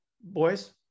boys